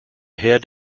head